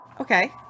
Okay